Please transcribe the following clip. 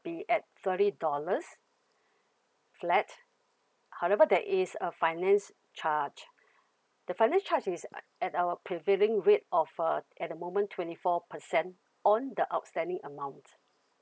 be at thirty dollars flat however there is a finance charge the finance charge is uh at our prevailing rate of uh at the moment twenty four percent on the outstanding amount